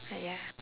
but ya